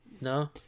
No